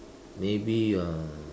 maybe uh